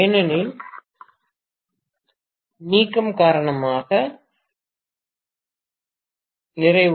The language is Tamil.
ஏனெனில் கருப்பை நீக்கம் காரணமாக நிறைவு நிகழ்வு